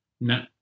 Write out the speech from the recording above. No